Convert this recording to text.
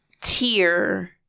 tier